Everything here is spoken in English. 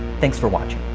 thanks for watching.